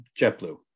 JetBlue